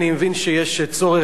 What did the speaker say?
אני מבין שיש צורך,